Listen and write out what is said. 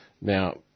Now